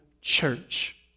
church